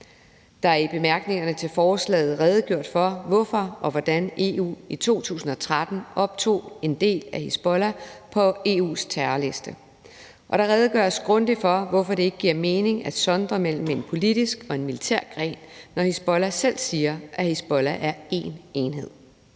Der er i bemærkningerne til forslaget redegjort for, hvorfor og hvordan EU i 2013 optog en del af Hizbollah på EU's terrorliste, og der redegøres grundigt for, hvorfor det ikke giver mening at sondre mellem en politisk og en militær gren, når Hizbollah selv siger, at Hizbollah er en enhed.